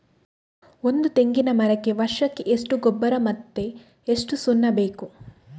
ಒಂದು ತೆಂಗಿನ ಮರಕ್ಕೆ ವರ್ಷಕ್ಕೆ ಎಷ್ಟು ಗೊಬ್ಬರ ಮತ್ತೆ ಎಷ್ಟು ಸುಣ್ಣ ಬೇಕು?